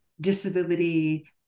disability